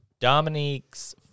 Dominique's